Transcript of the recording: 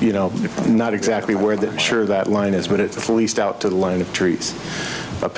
you know not exactly where they're sure that line is but it's leased out to the line of trees up